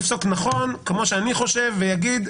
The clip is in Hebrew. יפסוק נכון כמו שאני חושב ויגיד,